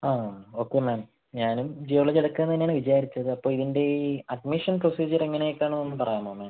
ആ okay ma'am ഞാനും geology എടുക്കാമെന്ന് തന്നെ ആണ് വിചാരിച്ചത് അപ്പോൾ ഇതിൻ്റെ ഈ അഡ്മിഷൻ പ്രൊസീജിയർ എങ്ങനെ ഒക്കെ ആണ് ഒന്ന് പറയാമോ മാം